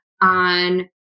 on